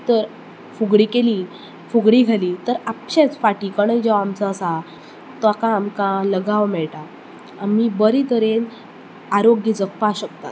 तर फुगडी केली फुगडी घाली तर आपशेंच फाटी कडेन जो आमचो आसा ताका आमकां लगाव मेळटा आमी बरें तरेन आरोग्य जगपा शकतात